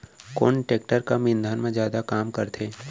कोन टेकटर कम ईंधन मा जादा काम करथे?